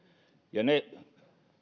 ne